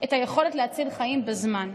את היכולת להציל חיים בזמן.